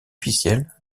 officielles